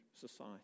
society